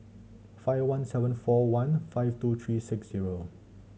five one seven four one five two three six zero